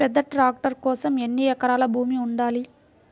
పెద్ద ట్రాక్టర్ కోసం ఎన్ని ఎకరాల భూమి ఉండాలి?